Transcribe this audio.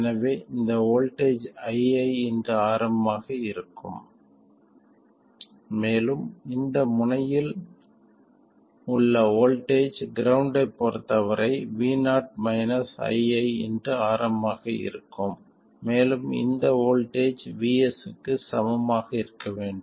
எனவே இந்த voltage iiRm ஆக இருக்கும் மேலும் இந்த முனையில் உள்ள வோல்ட்டேஜ் கிரௌண்ட்டைப் பொறுத்தவரை vo iiRm ஆக இருக்கும் மேலும் இந்த வோல்ட்டேஜ் vgs க்கு சமமாக இருக்க வேண்டும்